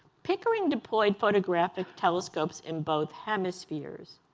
pickering deployed photographic telescopes in both hemispheres.